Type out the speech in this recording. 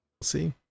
see